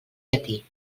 llatí